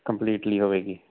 completely ਹੋਵੇਗੀ